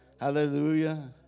Hallelujah